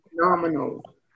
phenomenal